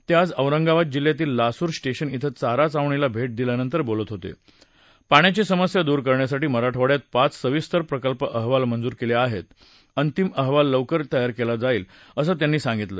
निओज औरंगाबाद जिल्ह्यातील लासूर स्टर्धन िं चारा छावणीला भट्ट दिल्यानंतर बोलत होत पाण्याची समस्या दूर करण्यासाठी मराठवाड्यात पाच सविस्तर प्रकल्प अहवाल मंजूर कलेखिाहस्त अंतिम अहवाल लवकरच तयार कल्ला जाईल असं त्यांनी सांगितलं